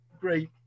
great